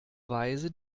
weise